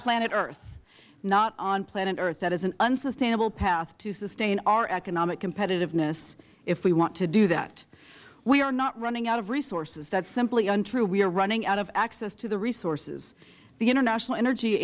planet earth not on planet earth that is an unsustainable path to sustain our economic competitiveness if we want to do that we are not running out of resources that is simply untrue we are running out of access to the resources the international energy